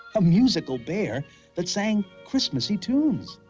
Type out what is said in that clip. a musical bear that sang christmassy tunes.